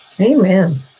Amen